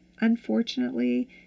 Unfortunately